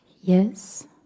Yes